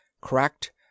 cracked